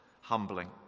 humbling